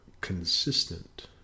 consistent